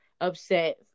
upset